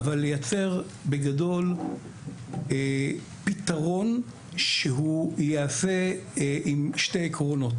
לייצר בגדול פתרון שייעשה עם שני עקרונות